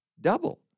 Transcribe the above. double